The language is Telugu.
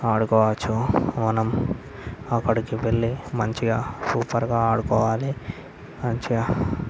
ఆడుకోవచ్చు మనం అక్కడికి వెళ్ళి మంచిగా సూపర్గా ఆడుకోవాలి మంచిగా